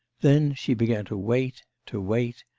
then she began to wait, to wait,